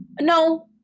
no